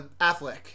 Affleck